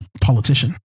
politician